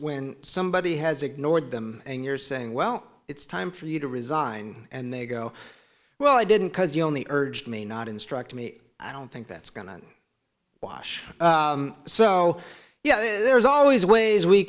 when somebody has ignored them and you're saying well it's time for you to resign and they go well i didn't because you only urged me not instruct me i don't think that's going to wash so yeah there's always ways we